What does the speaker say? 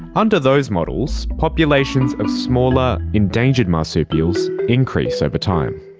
under those models, populations of smaller endangered marsupials increase over time.